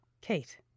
Kate